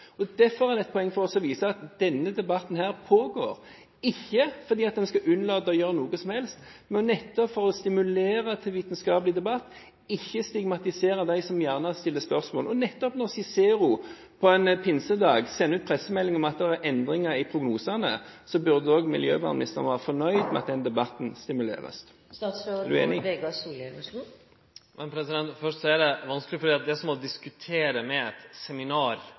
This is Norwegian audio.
Derfor er det et poeng for oss å vise at denne debatten pågår, ikke fordi en skal unnlate å gjøre noe som helst, men for å stimulere til vitenskapelig debatt og ikke stigmatisere dem som stiller spørsmål. Når Cicero på en pinsedag sender ut pressemelding om at det er endringer i prognosene, burde også miljøvernministeren være fornøyd med at den debatten stimuleres. Er statsråden enig? For det første er det vanskeleg fordi det å diskutere med Framstegspartiet om dei spørsmåla her, er som å diskutere med eit seminar.